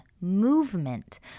movement